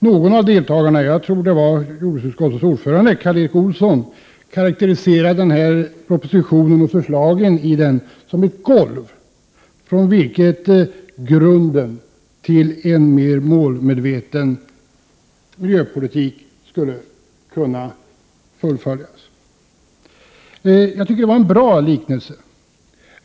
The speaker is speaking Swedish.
Någon av deltagarna — jag tror det var jordbruksutskottets ordförande Karl Erik Olsson — karakteriserade då propositionen och förslagen i propositionen som ett ”golv” vilket skulle kunna utgöra grunden för en mer målmedveten miljöpolitik. Det var en bra liknelse.